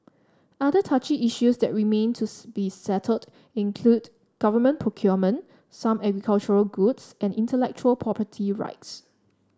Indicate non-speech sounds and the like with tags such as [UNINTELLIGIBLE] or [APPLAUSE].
other touchy issues that remain to be settled include government procurement some [UNINTELLIGIBLE] goods and intellectual property rights